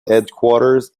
headquarters